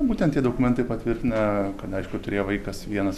būtent tie dokumentai patvirtina kad aišku turėjo vaikas vienas